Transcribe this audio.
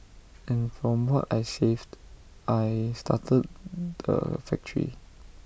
and from what I saved I started the factory